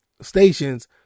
stations